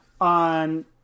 on